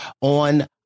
on